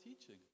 teaching